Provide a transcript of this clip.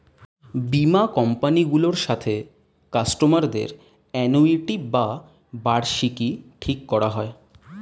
বীমা কোম্পানি গুলোর সাথে কাস্টমার দের অ্যানুইটি বা বার্ষিকী ঠিক করা হয়